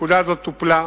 הנקודה הזאת טופלה,